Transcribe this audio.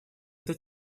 этой